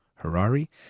Harari